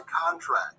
contract